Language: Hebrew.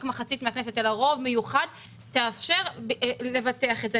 מחצית מהכנסת אלא רוב מיוחד תאפשר לבטח את זה.